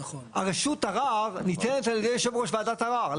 הרשות לערר ניתנת על ידי יושב ראש וועדת ערר.